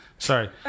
Sorry